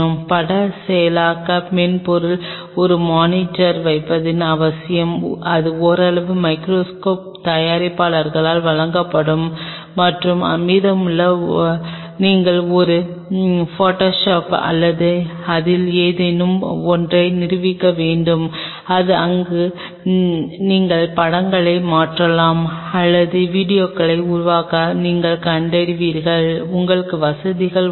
பட செயலாக்க மென்பொருட்களுடன் ஒரு மானிட்டர் வைத்திருப்பதன் அவசியம் இது ஓரளவு மைகிரோஸ்கோப் தயாரிப்பாளர்களால் வழங்கப்படும் மற்றும் மீதமுள்ள நீங்கள் ஒரு ஃபோட்டோஷாப் அல்லது அதில் ஏதேனும் ஒன்றை நிறுவியிருக்க வேண்டும் அங்கு நீங்கள் படங்களை மாற்றலாம் அல்லது வீடியோவை உருவாக்க நீங்கள் கண்டறிந்தீர்கள் உங்களுக்கு வசதிகள் உள்ளன